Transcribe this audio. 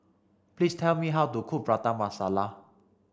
please tell me how to cook Prata Masala